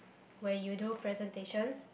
where you do presentations